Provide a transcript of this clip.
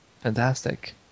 fantastic